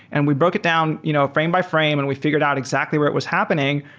and we broke it down you know frame by frame and we figured out exactly where it was happening.